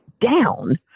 down